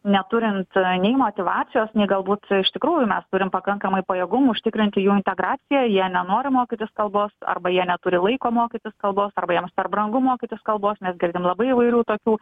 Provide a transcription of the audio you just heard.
neturint nei motyvacijos nei galbūt iš tikrųjų mes turim pakankamai pajėgumų užtikrinti jų integraciją jie nenori mokytis kalbos arba jie neturi laiko mokytis kalbos arba jiems per brangu mokytis kalbos mes girdim labai įvairių tokių